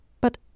But